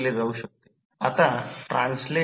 आता पाहिले तर R 1 1 0